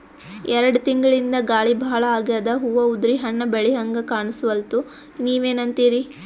ಎರೆಡ್ ತಿಂಗಳಿಂದ ಗಾಳಿ ಭಾಳ ಆಗ್ಯಾದ, ಹೂವ ಉದ್ರಿ ಹಣ್ಣ ಬೆಳಿಹಂಗ ಕಾಣಸ್ವಲ್ತು, ನೀವೆನಂತಿರಿ?